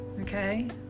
okay